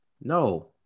No